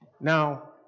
Now